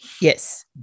Yes